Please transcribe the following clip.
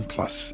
Plus